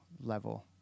level